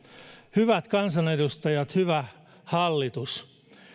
hyvät kansanedustajat hyvä hallitus